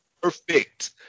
perfect